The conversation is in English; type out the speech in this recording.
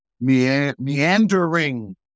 meandering